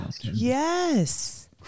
yes